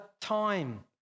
time